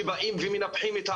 שבאים ומנפחים את החוב.